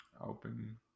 Open